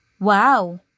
Wow